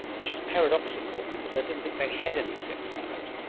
which is paradoxical because i didn't think they had any sex lives,